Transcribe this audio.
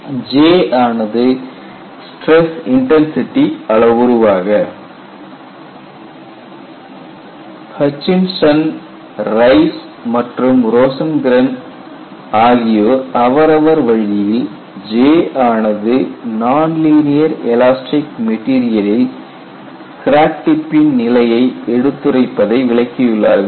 J as a Stress Intensity Parameter J ஆனது stress intensity அளவுருவாக Hutchinson Rice மற்றும் Rosengren Hutchinson Rice and Rosengren ஆகியோர் அவரவர் வழியில் J ஆனது நான்லீனியர் எலாஸ்டிக் மெட்டீரியலில் கிராக் டிப்பின் நிலையை எடுத்துரைப்பதை விளக்கியுள்ளார்கள்